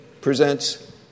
presents